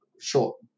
short